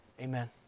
amen